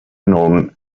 known